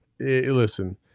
Listen